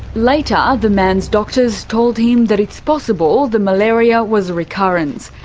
later, the man's doctors told him that it's possible the malaria was a recurrence,